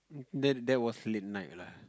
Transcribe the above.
that that was late night lah